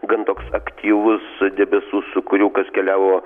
gan toks aktyvus debesų sūkuriukas keliavo